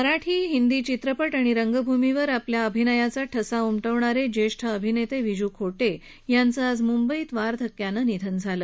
मराठीसह हिंदी चित्रपट आणि रंगभूमीवर आपल्या अभिनयाचा ठसा उमटवणारे ज्येष्ठ अभिनेते विजू खोटे यांचं आज मुंबईत वार्धक्यानं निधन झालं